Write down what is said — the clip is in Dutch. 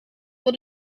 voor